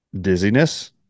dizziness